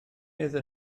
iddyn